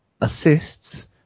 assists